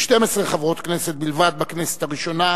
מ-12 חברות כנסת בלבד בכנסת הראשונה